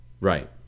Right